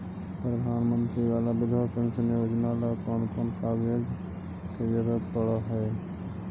प्रधानमंत्री बाला बिधवा पेंसन योजना ल कोन कोन कागज के जरुरत पड़ है?